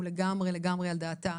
היא לגמרי על דעתה.